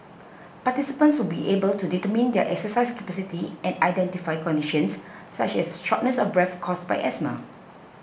participants will be able to determine their exercise capacity and identify conditions such as shortness of breath caused by asthma